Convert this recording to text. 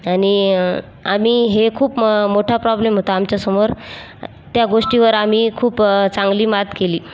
आणि आनी हे खूप मोठा प्रॉब्लेम होता आमच्यासमोर त्या गोष्टीवर आम्ही खूप चांगली मात केली